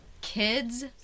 kids